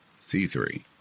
C3